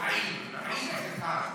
לא עיד, עיד זה חג.